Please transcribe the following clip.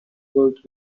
built